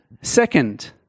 second